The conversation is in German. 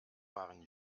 waren